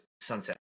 Sunset